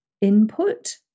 input